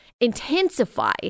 intensify